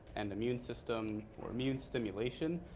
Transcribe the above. and immune system or immune stimulation.